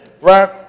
right